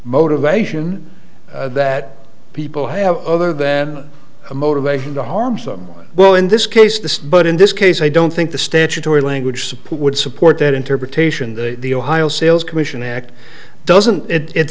motivation that people have other than a motivation to harm them well in this case this but in this case i don't think the statutory language support would support that interpretation the ohio sales commission act doesn't it